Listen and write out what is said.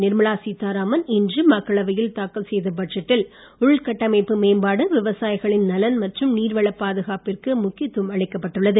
நிர்மலாள சீத்தாராமன் இன்று மக்களவையில் தாக்கல் செய்த பட்ஜெட்டில் உள்கட்டமைப்பு மேம்பாடு விவசாயிகளின் நலன் மற்றும் நீர்வளப் பாதுகாப்பிற்கு முக்கியத்துவம் அளிக்கப்பட்டுள்ளது